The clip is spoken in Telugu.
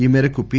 ఈ మేరకు పి